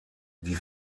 die